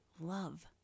love